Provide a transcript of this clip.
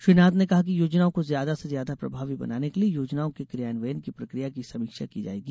श्री नाथ ने कहा कि योजनाओं को ज्यादा से ज्यादा प्रभावी बनाने के लिये योजनाओं के क्रियान्वयन की प्रक्रिया की समीक्षा की जायेगी